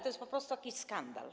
To jest po prostu jakiś skandal.